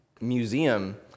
museum